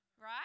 right